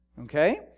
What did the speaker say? okay